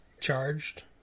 charged